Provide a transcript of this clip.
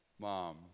Mom